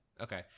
Okay